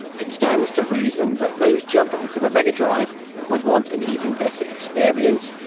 it stands to reason that those jumping to the mega drive would want an even better experience.